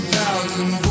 thousand